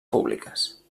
públiques